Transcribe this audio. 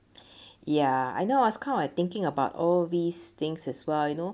ya I know I was kind of thinking about all these things as well you know